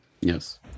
Yes